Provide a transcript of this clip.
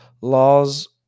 laws